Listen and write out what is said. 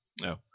No